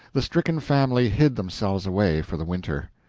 the stricken family hid themselves away for the winter.